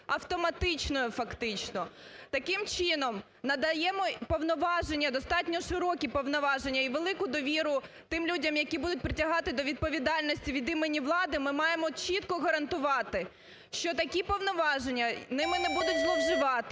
автоматичною фактично, таким чином надаємо повноваження, достатньо широкі повноваження, і велику довіру тим людям, які будуть притягати до відповідальності від імені влади, ми маємо чітко гарантувати, що такі повноваження, ними не будуть зловживати,